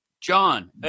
John